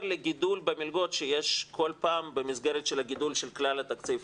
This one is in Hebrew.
לגידול של המלגות שיש כל פעם במסגרת הגידול של כלל התקציב.